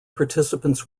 participants